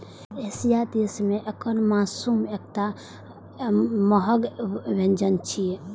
एशियाई देश मे एकर मासु एकटा महग व्यंजन छियै